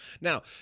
Now